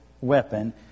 weapon